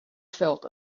felt